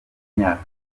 myaka